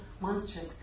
monstrous